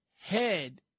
head